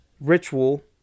ritual